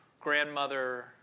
grandmother